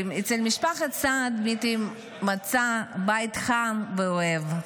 אצל משפחת סעד דמיטרי מצא בית חם ואוהב.